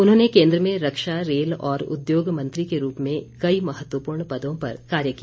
उन्होंने केन्द्र में रक्षा रेल और उद्योग मंत्री के रूप में कई महत्वपूर्ण पदों पर कार्य किया